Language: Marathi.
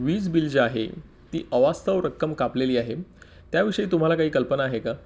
वीज बिल जे आहे ती अवास्तव रक्कम कापलेली आहे त्याविषयी तुम्हाला काही कल्पना आहे का